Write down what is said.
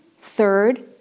third